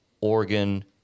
Oregon